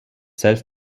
self